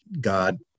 God